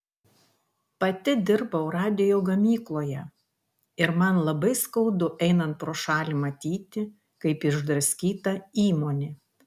pati dirbau radijo gamykloje ir man labai skaudu einant pro šalį matyti kaip išdraskyta įmonė